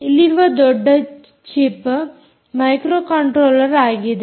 ಇಲ್ಲಿರುವ ದೊಡ್ಡ chip microcontroller ಆಗಿದೆ